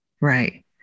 Right